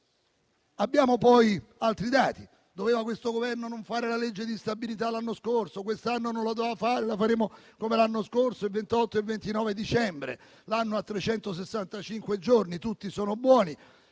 Abbiamo poi altri dati. Questo Governo non doveva fare la legge di stabilità l'anno scorso, quest'anno non lo doveva fare, facendola come l'anno scorso il 28 e 29 dicembre. L'anno ha 365 giorni, tutti sono buoni.